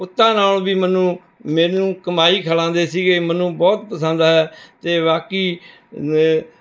ਪੁੱਤਾਂ ਨਾਲੋਂ ਵੀ ਮੈਨੂੰ ਮੈਨੂੰ ਕਮਾਈ ਖਿਲਾਂਦੇ ਸੀਗੇ ਮੈਨੂੰ ਬਹੁਤ ਪਸੰਦ ਹੈ ਅਤੇ ਬਾਕੀ